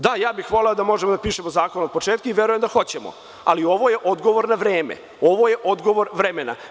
Da, voleo bih da pišemo zakon od početka i verujem da hoćemo, ali ovo je odgovor na vreme, ovo je odgovor vremena.